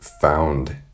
found